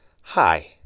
Hi